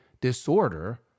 disorder